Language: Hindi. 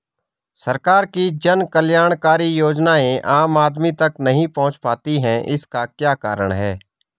सरकार की जन कल्याणकारी योजनाएँ आम आदमी तक नहीं पहुंच पाती हैं इसका क्या कारण है?